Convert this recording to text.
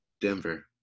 Denver